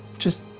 just,